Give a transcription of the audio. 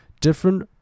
different